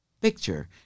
Picture